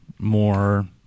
more